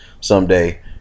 someday